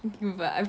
mm I've